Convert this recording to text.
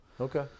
Okay